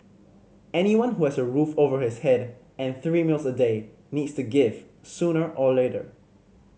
anyone who has a roof over his head and three meals a day needs to give sooner or later